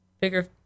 bigger